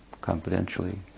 confidentially